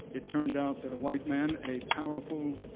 it turned out that a white man, a powerful,